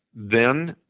then,